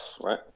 right